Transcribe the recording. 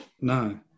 No